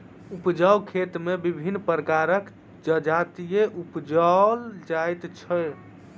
उपजाउ खेत मे विभिन्न प्रकारक जजाति उपजाओल जाइत छै